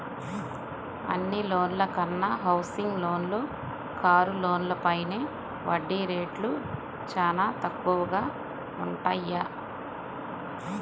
అన్ని లోన్ల కన్నా హౌసింగ్ లోన్లు, కారు లోన్లపైన వడ్డీ రేట్లు చానా తక్కువగా వుంటయ్యి